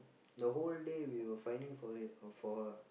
the whole day we were finding for it uh for her